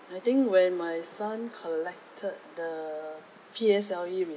I think when my son collected the P_S_L_E result